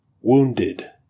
wounded